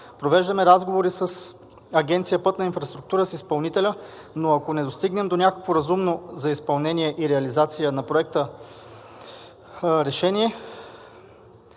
„Провеждаме разговори с Агенция „Пътна инфраструктура“ с изпълнителя, но ако не достигнем до някакво разумно за изпълнение и реализация на проекта решение,